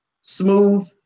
smooth